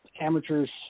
amateurs